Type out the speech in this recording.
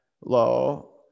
low